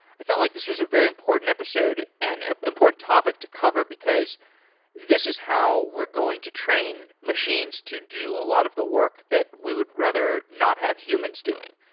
i felt like this was a very important episode and an ah important topic to cover, because this is how we're going to train machines to do a lot of the work that we would rather not have humans doing.